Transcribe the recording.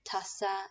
Tasa